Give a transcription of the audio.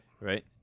right